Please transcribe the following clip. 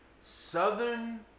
Southern